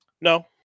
No